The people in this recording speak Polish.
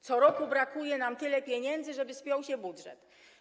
Co roku brakuje nam tyle pieniędzy, żeby spiął się budżet.